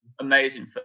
amazing